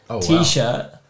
T-shirt